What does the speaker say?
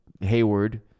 Hayward